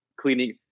cleaning